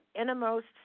Innermost